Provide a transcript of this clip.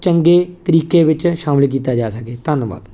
ਚੰਗੇ ਤਰੀਕੇ ਵਿੱਚ ਸ਼ਾਮਿਲ ਕੀਤਾ ਜਾ ਸਕੇ ਧੰਨਵਾਦ